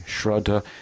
Shraddha